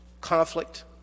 conflict